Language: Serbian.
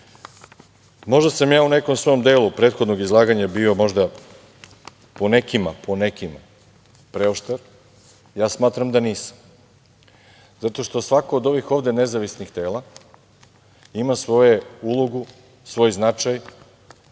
sam ja u nekom svom delu prethodnog izlaganja bio možda, po nekima, preoštar. Ja smatram da nisam. Zato što svako od ovih ovde nezavisnih tela ima svoju ulogu, svoj značaj